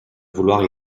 vouloir